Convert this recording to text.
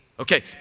Okay